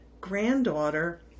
granddaughter